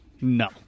No